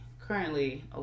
currently